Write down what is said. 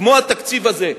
כמו התקציב הזה.